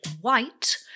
white